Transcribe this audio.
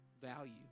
value